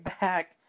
back